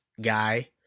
guy